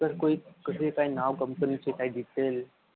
sir कोई कसे काय नाव कंपनीचे काही डिटेल